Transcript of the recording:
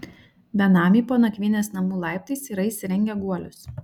benamiai po nakvynės namų laiptais yra įsirengę guolius